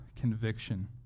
conviction